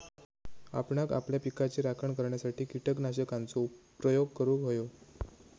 आपणांक आपल्या पिकाची राखण करण्यासाठी कीटकनाशकांचो प्रयोग करूंक व्हयो